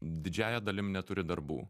didžiąja dalim neturi darbų